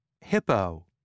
Hippo